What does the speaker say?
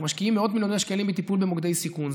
אנחנו משקיעים מאות מיליוני שקלים בטיפול במוקדי סיכון.